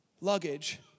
luggage